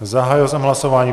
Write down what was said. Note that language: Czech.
Zahájil jsem hlasování.